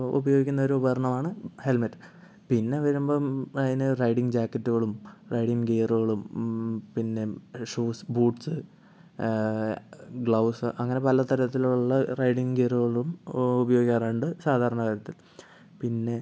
ഉപയോഗിക്കുന്ന ഒരു ഉപകരണമാണ് ഹെൽമെറ്റ് പിന്നെ വരുമ്പം അതിന് റൈഡിംഗ് ജാക്കറ്റുകളും റൈഡിംഗ് ഗിയറുകളും പിന്നെ ഷൂസ് ബൂട്ട്സ് ഗ്ലൗസ് അങ്ങനെ പല തരത്തിലുള്ള റൈഡിംഗ് ഗിയറുകളും ഉപയോഗിക്കാറുണ്ട് സാധാരണ തരത്തിൽ പിന്നെ